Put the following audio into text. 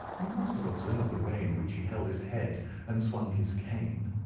you must have observed the way in which he held his head and swung his cane.